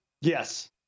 Yes